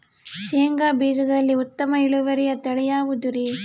ಶೇಂಗಾ ಬೇಜದಲ್ಲಿ ಉತ್ತಮ ಇಳುವರಿಯ ತಳಿ ಯಾವುದುರಿ?